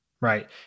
Right